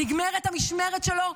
נגמרת המשמרת שלו.